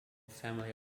family